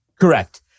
Correct